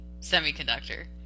semiconductor